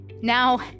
Now